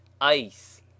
ice